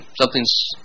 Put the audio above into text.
Something's